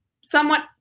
somewhat